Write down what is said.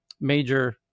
major